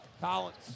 Collins